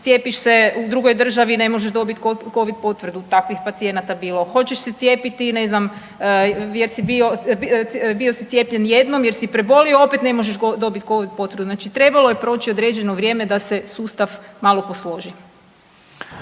Cijepiš se u drugoj državi, ne možeš dobiti Covid potvrdu takvih pacijenata. Bilo hoćeš se cijepiti, ne znam, jer si bio, bio si cijepljen jednom jer si prebolio, opet ne možeš dobiti Covid potvrdu. Znači trebalo je proći određeno vrijeme da se sustav malo posloži.